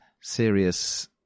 serious